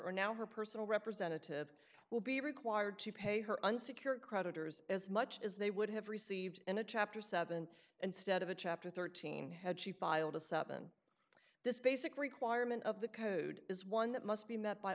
or now her personal representative will be required to pay her unsecured creditors as much as they would have received in a chapter seven dollars instead of a chapter thirteen had she filed a sub and this basic requirement of the code is one that must be met by